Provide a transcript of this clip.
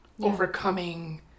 overcoming